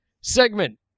Segment